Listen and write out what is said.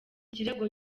kirego